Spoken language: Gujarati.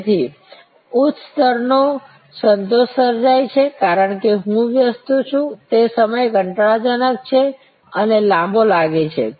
જેથી ઉચ્ચ સ્તરનો સંતોષ સર્જાય છે કારણ કે હું વ્યસ્ત છું તે સમય કંટાળાજનક છે અને લાંબો લાગે છે